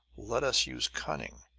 let us use cunning!